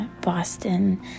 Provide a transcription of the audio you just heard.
boston